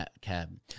cab